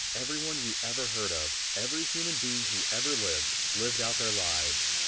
everyone you ever heard of, every human being who ever lived, lived out their lives.